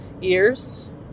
years